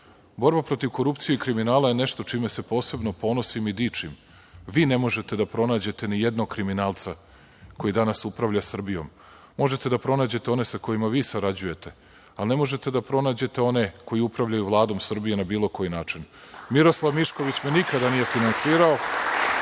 Borba protiv korupcije i kriminala je nešto čime se posebno ponosim i dičim. Vi ne možete da pronađete ni jednog kriminalca koji danas upravlja Srbijom. Možete da pronađete one sa kojima vi sarađujete, ali ne možete da pronađete one koji upravljaju Vladom Srbije, na bilo koji način. Miroslav Mišković me nikada nije finansirao